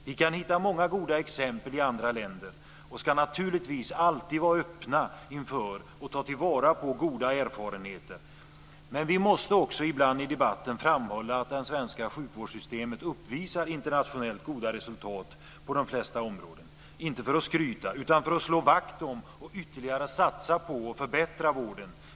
Vi kan hitta många goda exempel i andra länder och ska naturligtvis alltid vara öppna inför och ta till vara goda erfarenheter. Men vi måste också ibland i debatten framhålla att det svenska sjukvårdssystemet uppvisar internationellt goda resultat på de flesta områden, inte för att skryta, utan för att slå vakt om och ytterligare satsa på och förbättra vården.